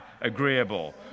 agreeable